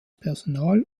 personal